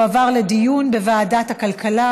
לוועדת הכלכלה